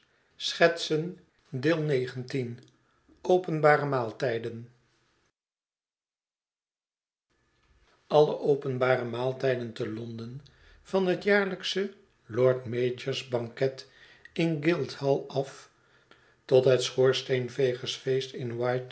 openbare maaltijden alle openbare maaltijden te londen van het jaarlijksche lord mayors banket in guildhall af tot het schoorsteenvegersfeest in